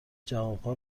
جوابها